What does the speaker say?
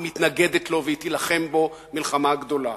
היא מתנגדת לו והיא תילחם בו מלחמה גדולה,